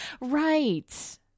Right